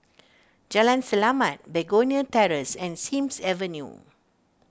Jalan Selamat Begonia Terrace and Sims Avenue